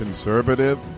Conservative